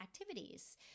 activities